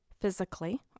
physically